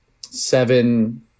seven